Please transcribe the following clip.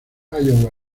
iowa